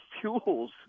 fuels